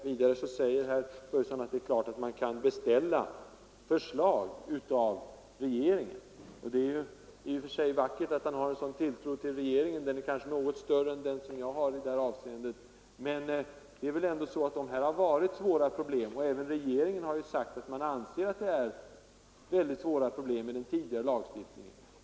Vidare säger herr Börjesson att det är klart att man kan beställa förslag av regeringen. Det är ju i och för sig vackert att han har sådan tilltro till regeringen. Men även regeringen har sagt att man anser att den tidigare lagstiftningen medförde problem.